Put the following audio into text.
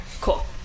Cool